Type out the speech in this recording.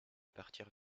partir